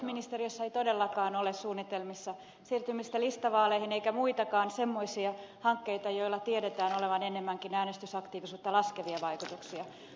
oikeusministeriössä ei todellakaan ole suunnitelmissa siirtymistä listavaaleihin eikä muitakaan semmoisia hankkeita joilla tiedetään olevan enemmänkin äänestysaktiivisuutta laskevia vaikutuksia